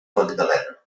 magdalena